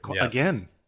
again